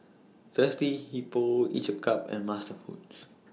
Thirsty Hippo Each A Cup and MasterFoods